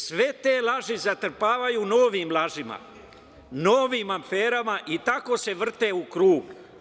Sve te laži zatrpavaju novim lažima, novim aferama i tako se vrte u krug.